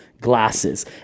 glasses